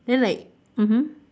then like mmhmm